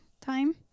time